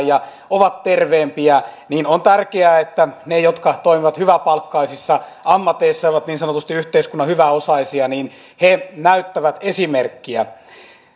ja ovat terveempiä on tärkeää että ne jotka toimivat hyväpalkkaisissa ammateissa ja ovat niin sanotusti yhteiskunnan hyväosaisia näyttävät esimerkkiä